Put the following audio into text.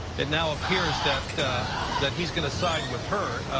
it now appears that that he's going to side with her.